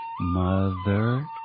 Mother